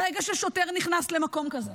ברגע ששוטר נכנס למקום כזה,